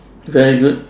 very good